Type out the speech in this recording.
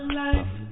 life